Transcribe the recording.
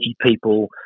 people